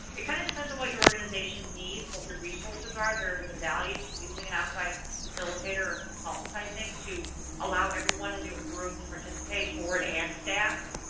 it kind of depends on what your organization needs, what your resources are. there's a value to using an outside facilitator or consultant i think to allow everyone in the room to participate, board and staff.